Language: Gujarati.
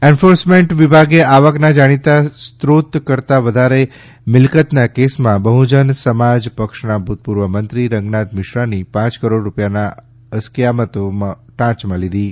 એન્ફોર્સમેન્ટ વિભાગે આવકના જાણીતા સોફીત કરતાં વધારે મિલકતના કેસમાં બહુજન સમાજ પક્ષના ભૂતપૂર્વ મંત્રી રંગનાથ મિશ્રાની પાંચ કરોડ રૂપિયાના અસ્કાયામતો ટાંચમાં લીધી છે